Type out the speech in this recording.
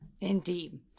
Indeed